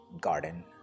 Garden